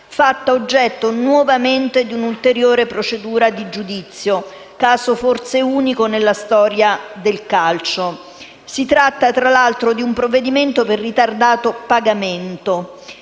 fatta oggetto nuovamente di una ulteriore procedura di giudizio: caso forse unico nella storia del calcio. Si tratta tra l'altro di un provvedimento per ritardato pagamento,